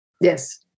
Yes